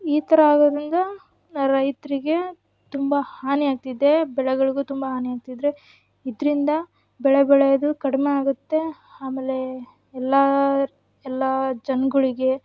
ಈ ಥರ ಆಗೋದರಿಂದ ರೈತರಿಗೆ ತುಂಬ ಹಾನಿ ಆಗ್ತಿದೆ ಬೆಳೆಗಳಿಗೂ ತುಂಬ ಹಾನಿ ಆಗ್ತಿದ್ದರೆ ಇದರಿಂದ ಬೆಳೆ ಬೆಳೆದು ಕಡಿಮೆ ಆಗುತ್ತೆ ಆಮೇಲೆ ಎಲ್ಲರ ಎಲ್ಲ ಜನ್ಗಳಿಗೆ